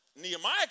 Nehemiah